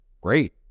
great